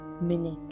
minute